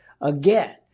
again